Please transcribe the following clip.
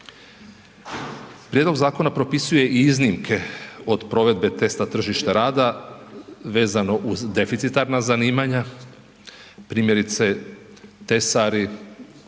Prijedlog zakona propisuje i iznimke od provedbe testa tržišta rada vezano uz deficitarna zanimanja, primjerice, tesari,